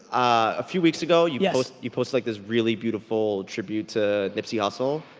a few weeks ago you you posted like this really beautiful tribute to nipsey hustle.